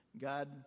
God